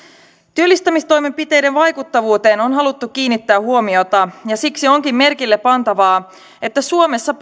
työllistämistoimenpiteiden vaikuttavuuteen on haluttu kiinnittää huomiota ja siksi onkin merkille pantavaa että suomessa